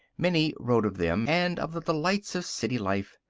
minnie wrote of them, and of the delights of city life.